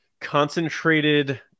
concentrated